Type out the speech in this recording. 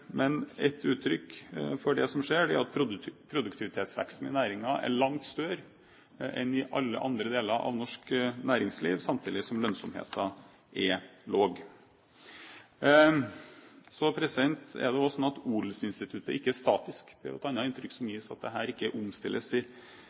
Et uttrykk for det som skjer, er at produktivitetsveksten i næringen er langt større enn i alle andre deler av norsk næringsliv, samtidig som lønnsomheten er lav. Så er det også sånn at odelsinstituttet ikke er statisk. Et annet inntrykk som